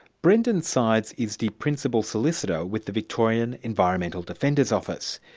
brendan sydes is the principal solicitor with the victorian environmental defenders office.